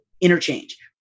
interchange